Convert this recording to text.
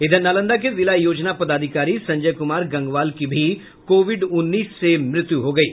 इधर नालंदा के जिला योजना पदाधिकारी संजय कुमार गंगवाल की भी कोविड उन्नीस से मृत्यु हो गयी